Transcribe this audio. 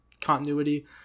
continuity